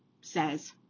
says